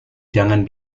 jangan